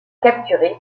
capturé